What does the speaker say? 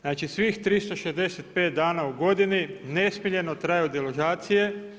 Znači svih 365 dana u godini nesmiljeno traju deložacije.